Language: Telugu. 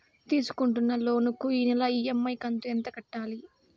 తీసుకుంటున్న లోను కు నెల ఇ.ఎం.ఐ కంతు ఎంత కట్టాలి?